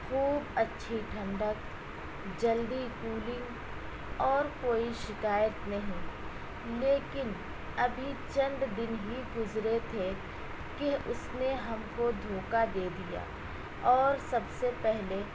خوب اچھی ٹھنڈک جلدی کولنگ اور کوئی شکایت نہیں لیکن ابھی چند دن ہی گزرے تھے کہ اس نے ہم کو دھوکہ دے دیا اور سب سے پہلے